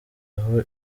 aho